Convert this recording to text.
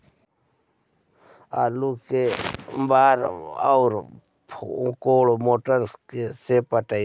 आलू के बार और कोन मोटर से पटइबै?